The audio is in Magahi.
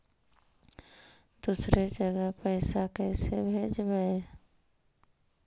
दुसरे जगह पैसा कैसे भेजबै?